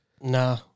Nah